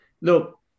Look